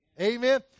Amen